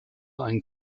ein